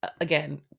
again